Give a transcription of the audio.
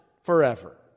forever